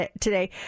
today